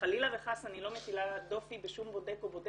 וחלילה וחס אני לא מטילה דופי בשום בודק או בודקת,